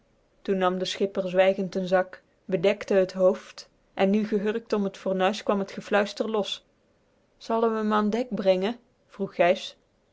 toen nam de schipper zwijgend n zak bedekte het hoofd en nu gehurkt om t fornuis kwam t gefluister los zalle we m an dek brenge vroeg